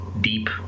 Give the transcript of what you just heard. deep